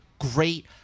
great